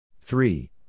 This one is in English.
Three